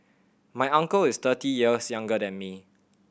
my uncle is thirty years younger than me